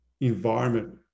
environment